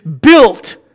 built